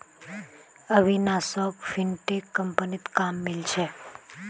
अविनाशोक फिनटेक कंपनीत काम मिलील छ